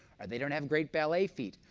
or they don't have great ballet feet,